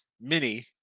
mini